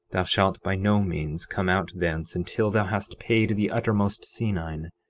thou shalt by no means come out thence until thou hast paid the uttermost senine.